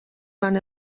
van